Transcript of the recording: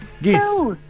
Yes